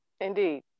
Indeed